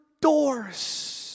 doors